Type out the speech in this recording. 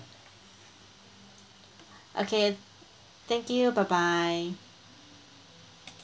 okay thank you bye bye